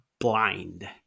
blind